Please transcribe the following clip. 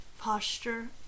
posture